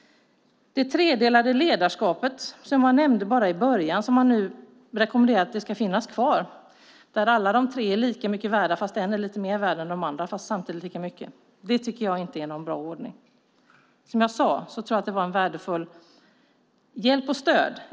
I början nämnde man det tredelade ledarskapet, och nu säger man att det ska finnas kvar. Där är alla de tre lika mycket värda, fast en är värd lite mer än de andra fast samtidigt lika mycket. Det är ingen bra ordning. Det var kanske värdefullt